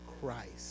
Christ